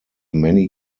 many